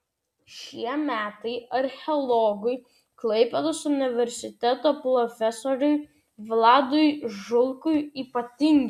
šie metai archeologui klaipėdos universiteto profesoriui vladui žulkui ypatingi